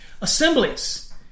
Assemblies